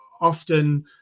often